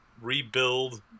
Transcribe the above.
rebuild